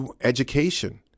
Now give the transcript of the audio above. education